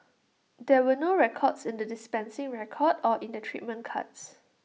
there were no records in the dispensing record or in the treatment cards